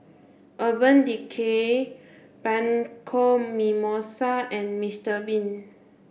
Urban Decay Bianco Mimosa and Mister bean